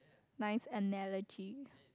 nice analogy